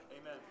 Amen